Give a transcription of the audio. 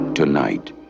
Tonight